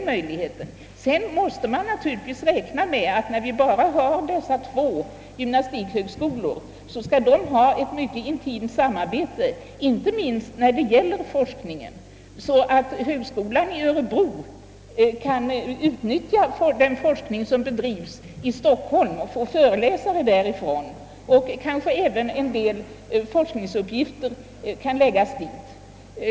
Man måste naturligtvis räkna med att då det endast finns två gymnastikhögskolor dessa skall bedriva ett intensivt samarbete inte minst beträffande forskningen, så att högskolan i Örebro kan utnyttja den forskning som bedrives i Stockholm, erhålla föreläsare därifrån och kanske även utföra en del forskningsuppgifter där.